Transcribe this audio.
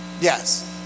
yes